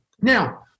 now